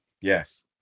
yes